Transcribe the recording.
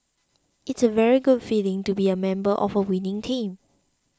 it's a very good feeling to be a member of a winning team